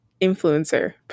influencer